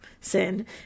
sin